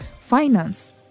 finance